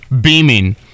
beaming